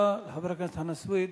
תודה לחבר הכנסת חנא סוייד.